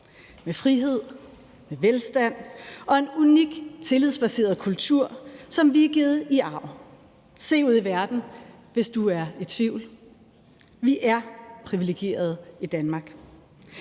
med frihed, med velstand og en unik tillidsbaseret kultur, som vi har fået i arv. Se ud i verden, hvis du er i tvivl. Vi er priviligerede i Danmark.